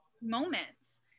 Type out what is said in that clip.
moments